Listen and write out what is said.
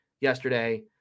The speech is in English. yesterday